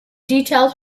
detailed